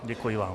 Děkuji vám.